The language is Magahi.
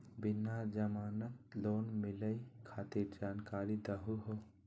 बिना जमानत लोन मिलई खातिर जानकारी दहु हो?